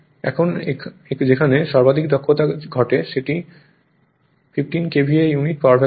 এখন যেখানে সর্বাধিক দক্ষতা ঘটে যেটি 15 KVA ইউনিট পাওয়ার ফ্যাক্টর হয়